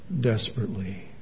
desperately